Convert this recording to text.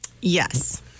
Yes